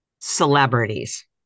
celebrities